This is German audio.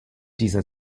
dieser